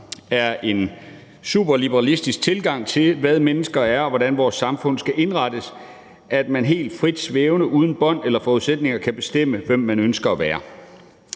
er en superliberalistisk tilgang til, hvad mennesker er, og hvordan vores samfund skal indrettes, at man helt frit svævende uden bånd eller forudsætninger kan bestemme, hvem man ønsker at være.